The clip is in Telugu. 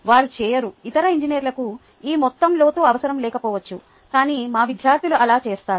వారు చేయరు ఇతర ఇంజనీర్లకు ఈ మొత్తం లోతు అవసరం లేకపోవచ్చు కాని మా విద్యార్థులు అలా చేస్తారు